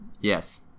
Yes